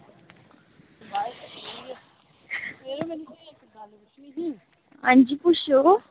अंजी पुच्छो